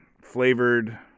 flavored